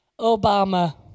Obama